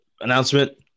announcement